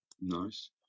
Nice